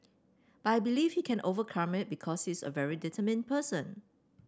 but I believe he can overcome it because he's a very determined person